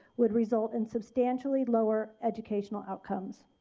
would result in substantially lower educational outcomes.